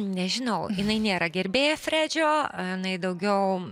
nežinau jinai nėra gerbėja fredžio jinai daugiau